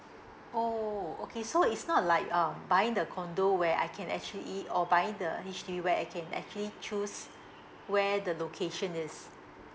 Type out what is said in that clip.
oh okay so it's not like um buying the condo where I can actually or buying the H_D_B where I can actually choose where the location is